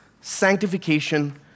sanctification